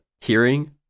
Hearing